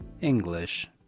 English